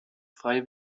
frei